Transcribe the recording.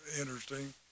interesting